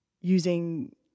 using